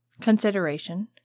consideration